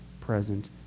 present